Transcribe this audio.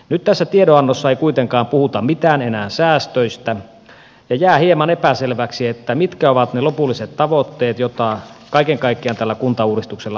nyt tässä tiedonannossa ei kuitenkaan puhuta mitään enää säästöistä ja jää hieman epäselväksi mitkä ovat ne lopulliset tavoitteet joita kaiken kaikkiaan tällä kuntauudistuksella haetaan